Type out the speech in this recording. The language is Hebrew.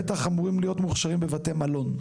בטח הם אמורים להיות מוכשרים בבתי מלון.